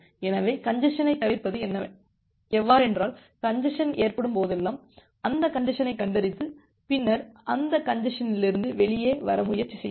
எனவே கஞ்ஜசனை தவிர்ப்பது எவ்வவென்றால் கஞ்ஜசன் ஏற்படும் போதெல்லாம் அந்த கஞ்ஜசனைக் கண்டறிந்து பின்னர் அந்த கஞ்ஜசனிலிருந்து வெளியே வர முயற்சி செய்யுங்கள்